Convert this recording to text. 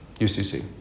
UCC